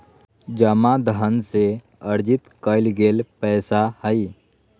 जमा धन से अर्जित कइल गेल पैसा हइ